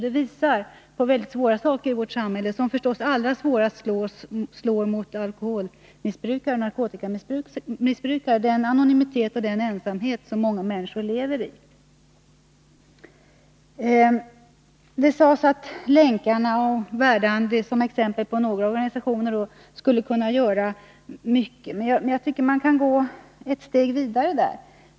Detta visar på svåra förhållanden i vårt samhälle, som naturligtvis allra hårdast slår mot alkoholmissbrukarna och narkotikamissbrukarna — den anonymitet och den ensamhet som många människor lever i Det sades att Länkarna och Verdandi, som två exempel på organisationer, skulle kunna göra mycket. Men jag tycker man kan gå ett steg vidare.